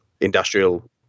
industrial